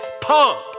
pump